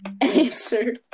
answer